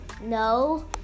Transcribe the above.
No